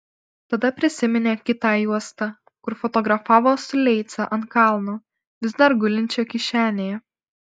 tada prisiminė kitą juostą kur fotografavo su leica ant kalno vis dar gulinčią kišenėje